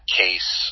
case